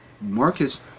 Marcus